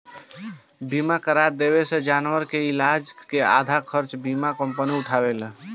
बीमा करा देवे से जानवर के इलाज के आधा खर्चा बीमा कंपनी उठावेला